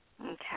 Okay